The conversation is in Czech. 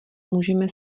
můžeme